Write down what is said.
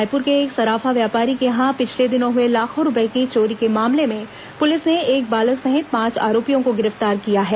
रायपुर के एक सराफा व्यापारी के यहां पिछले दिनों हई लाखों रूपये की चोरी के मामले में पुलिस ने एक बालक सहित पांच आरोपियों को गिरफ्तार किया है